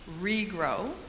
regrow